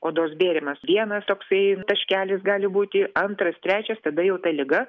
odos bėrimas vienas toksai taškelis gali būti antras trečias tada jau ta liga